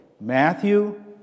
Matthew